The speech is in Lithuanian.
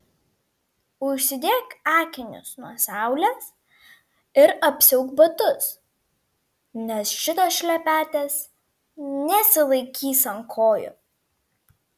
užsidėk akinius nuo saulės ir apsiauk batus nes šitos šlepetės nesilaikys ant kojų